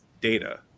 data